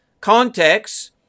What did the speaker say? context